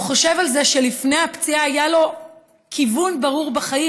והוא חושב על זה שלפני הפציעה היה לו כיוון ברור בחיים,